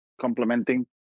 complementing